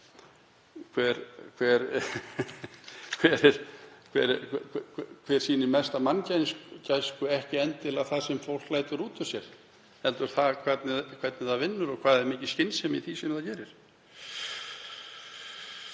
hver sýnir mesta manngæsku ekki endilega það sem fólk lætur út úr sér heldur það hvernig það vinnur og hvað er mikil skynsemi í því sem það gerir.